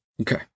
Okay